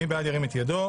מי בעד ירים את ידו.